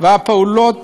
בפעולות